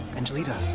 angelita,